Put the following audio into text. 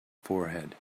forehead